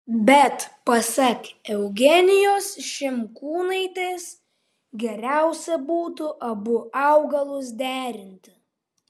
bet pasak eugenijos šimkūnaitės geriausia būtų abu augalus derinti